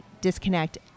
disconnect